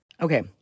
Okay